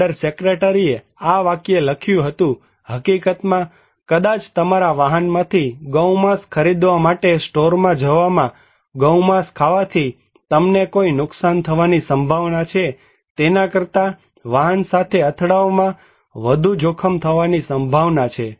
under secretary એ આ વાક્ય લખ્યું હતું "હકીકતમાં કદાચ તમારા વાહનમાંથી ગૌમાંસ ખરીદવા માટે સ્ટોરમાં જવામા ગૌમાંસ ખાવાથી તમને કોઈ નુકસાન થવાની સંભાવના છે તેના કરતા વાહન સાથે અથડાવામાં વધુ જોખમ ની સંભાવના છે